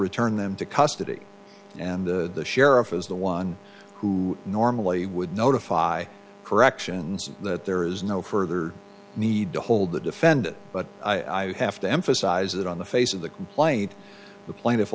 return them to custody and the sheriff is the one who normally would notify corrections and that there is no further need to hold the defendant but i have to emphasize that on the face of the complaint the plaintiff a